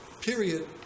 period